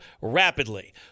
rapidly